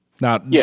Now